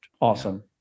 Awesome